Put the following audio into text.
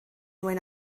mwyn